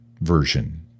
Version